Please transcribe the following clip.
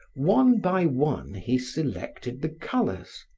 one by one, he selected the colors.